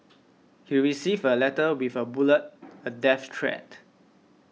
he received a letter with a bullet a death threat